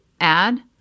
add